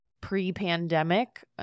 pre-pandemic